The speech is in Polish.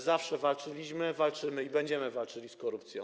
Zawsze walczyliśmy, walczymy i będziemy walczyli z korupcją.